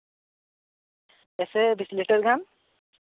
ᱡᱮᱭᱥᱮ ᱵᱤᱥ ᱞᱮᱴᱟᱨ ᱜᱟᱱ